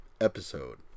episode